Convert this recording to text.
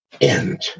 End